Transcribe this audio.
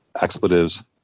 expletives